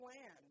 land